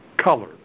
color